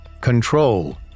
control